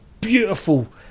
beautiful